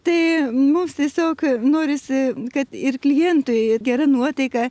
tai mums tiesiog norisi kad ir klientui gera nuotaika